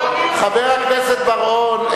חבר הכנסת בר-און,